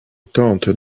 tente